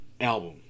album